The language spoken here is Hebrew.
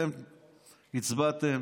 אתם הצבעתם